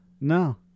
no